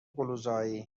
قلوزایی